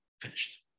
Finished